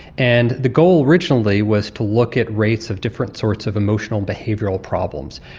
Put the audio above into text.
and the goal originally was to look at rates of different sorts of emotional behavioural problems.